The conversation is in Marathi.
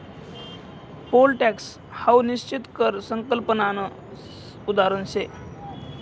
पोल टॅक्स हाऊ निश्चित कर संकल्पनानं उदाहरण शे